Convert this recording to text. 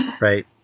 Right